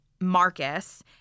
Marcus